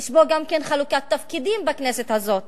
יש פה גם חלוקת תפקידים בכנסת הזאת.